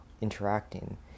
interacting